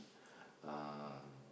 uh